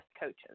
coaches